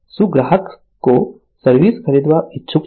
શું ગ્રાહકો સર્વિસ ખરીદવા ઇચ્છુક છે